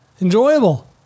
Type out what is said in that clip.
Enjoyable